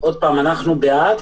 עוד פעם, אנחנו בעד.